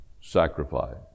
sacrifice